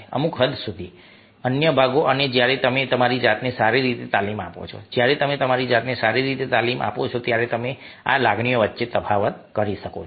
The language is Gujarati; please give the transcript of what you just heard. અમુક હદ સુધી અન્ય ભાગો અને જ્યારે તમે તમારી જાતને સારી રીતે તાલીમ આપો છો જ્યારે તમે તમારી જાતને સારી રીતે તાલીમ આપો છો ત્યારે તમે આ લાગણીઓ વચ્ચે તફાવત કરી શકો છો